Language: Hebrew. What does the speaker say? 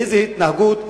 איזה התנהגות?